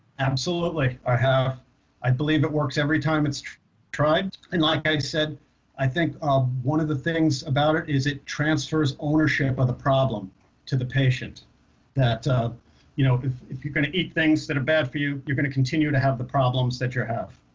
absolutely i have i believe it works every time it's tried and like i said i think ah one of the things about it is it transfers ownership of the problem to the patient that you know if if you're gonna eat things that are bad for you you're gonna continue to have the problems that you're have